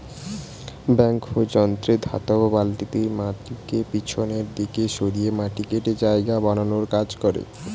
backhoe যন্ত্রে ধাতব বালতিটি মাটিকে পিছনের দিকে সরিয়ে মাটি কেটে জায়গা বানানোর কাজ করে